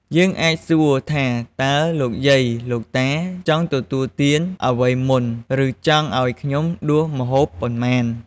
យើងអាចសួរថាតើលោកយាយ លោកតាចង់ទទួលទានអ្វីមុនឬចង់ឱ្យខ្ញំុដួសម្ហូបប៉ុន្មាន?